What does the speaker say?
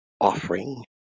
offering